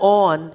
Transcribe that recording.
on